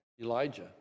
Elijah